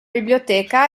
biblioteca